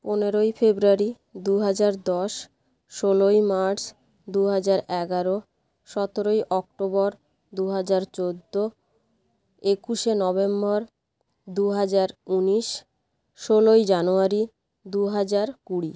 পনেরোই ফেব্রুয়ারি দু হাজার দশ ষোলোই মার্চ দু হাজার এগারো সতেরোই অক্টোবর দু হাজার চোদ্দ একুশে নভেম্বর দু হাজার উনিশ ষোলোই জানুয়ারি দু হাজার কুড়ি